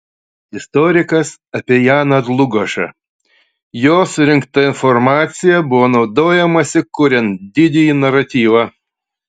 istorikas apie janą dlugošą jo surinkta informacija buvo naudojamasi kuriant didįjį naratyvą